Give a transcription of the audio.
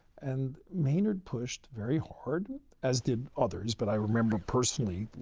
and maynard pushed very hard, as did others, but i remember personally,